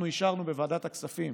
אנחנו אישרנו בוועדת הכספים